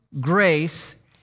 grace